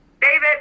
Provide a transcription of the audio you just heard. David